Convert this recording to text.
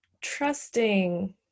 trusting